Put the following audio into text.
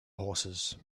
horses